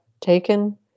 Taken